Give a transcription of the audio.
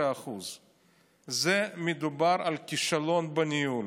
13%. מדובר על כישלון בניהול.